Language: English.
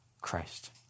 Christ